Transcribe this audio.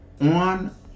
on